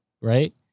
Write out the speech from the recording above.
right